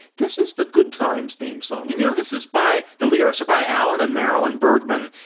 this is the good times theme song. and, you know, this is by the lyrics by alan and marilyn bergman.